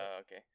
okay